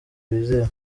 wizewe